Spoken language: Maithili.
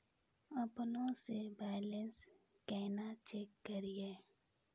अपनों से बैलेंस केना चेक करियै?